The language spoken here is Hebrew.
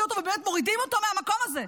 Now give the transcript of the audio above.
אותו ובאמת מורידים אותו מהמקום הזה,